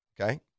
okay